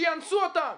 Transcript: שיאנסו אותם,